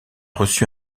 reçu